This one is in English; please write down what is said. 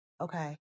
okay